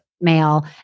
male